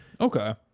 Okay